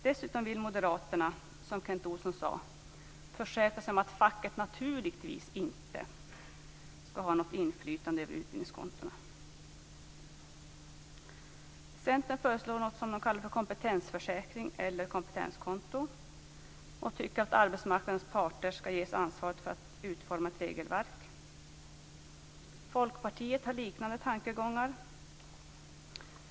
Dessutom vill Moderaterna, som Kent Olsson sade, försäkra sig om att facket naturligtvis inte skall ha något inflytande över utbildningskontona. Centerns föreslår något som de kallar för kompetensförsäkring eller kompetenskonto. De tycker att arbetsmarknadens parter skall ges ansvaret för att utforma ett regelverk. Folkpartiet har liknande tankegångar.